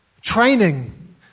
Training